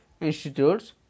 institutes